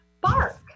Bark